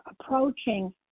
approaching